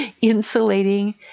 insulating